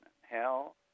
hell